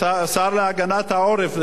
שר להגנת העורף.